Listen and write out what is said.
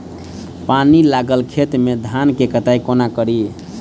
पानि लागल खेत मे धान केँ कटाई कोना कड़ी?